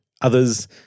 others